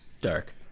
Dark